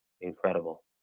incredible